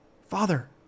Father